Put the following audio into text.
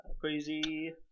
Crazy